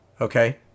Okay